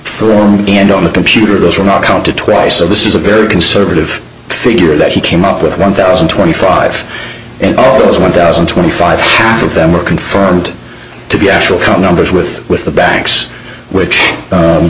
form and on the computer those were not counted twice so this is a very conservative figure that he came up with one thousand twenty five and one thousand twenty five half of them are confirmed to be actual come numbers with with the bax which